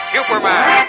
Superman